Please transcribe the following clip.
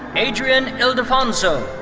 adrian ildefonso.